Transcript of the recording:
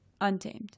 Untamed